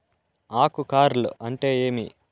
ఆకు కార్ల్ అంటే ఏమి?